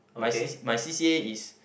my C my C_c_A is